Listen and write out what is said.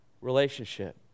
relationship